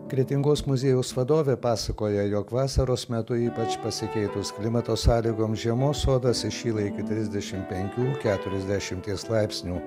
kretingos muziejaus vadovė pasakoja jog vasaros metu ypač pasikeitus klimato sąlygoms žiemos sodas įšyla iki trisdešim penkių keturiasdešimties laipsnių